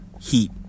heat